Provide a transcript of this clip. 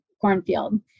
cornfield